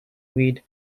weed